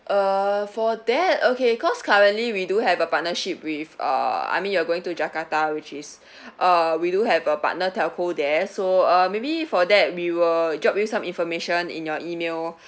uh for that uh okay cause currently we do have a partnership with uh I mean you're going to jakarta which is uh we do have a partner telco there so uh maybe for that we will drop you some information in your email